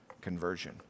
conversion